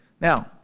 Now